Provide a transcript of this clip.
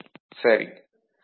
IC VCC - VoutRC 5 - 1